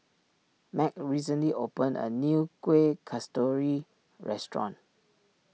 Meg recently opened a new Kueh Kasturi restaurant